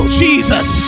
jesus